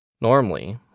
Normally